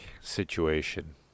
situation